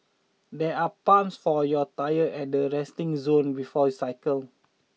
there are pumps for your tyres at the resting zone before you cycle